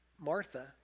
Martha